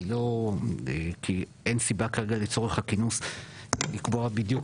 אני לא כי אין סיבה כרגע לצורך הכינוס לקבוע בדיוק